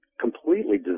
completely